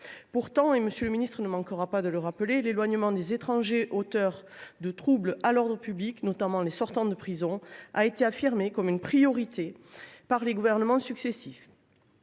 Pourtant, et M. le ministre ne manquera pas de le rappeler, l’éloignement des étrangers auteurs de troubles à l’ordre public, notamment les sortants de prison, a été affirmé comme une priorité par les gouvernements successifs.